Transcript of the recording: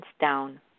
down